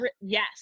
yes